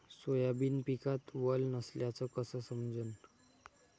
Soybean पिकात वल नसल्याचं कस समजन?